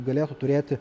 galėtų turėti